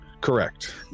Correct